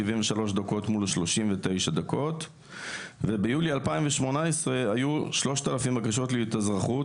73 דקות מול 39 דקות וביולי 2018 היו 3000 בקשות התאזרחות,